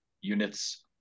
units